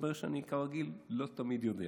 מסתבר שאני, כרגיל, לא תמיד יודע.